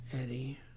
Eddie